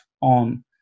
on